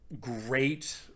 great